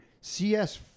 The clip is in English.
CS